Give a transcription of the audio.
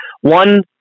one